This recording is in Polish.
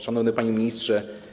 Szanowny Panie Ministrze!